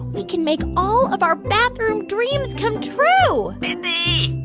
we can make all of our bathroom dreams come true mindy,